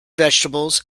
vegetables